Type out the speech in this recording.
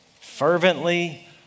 Fervently